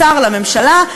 משר לממשלה,